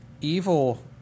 Evil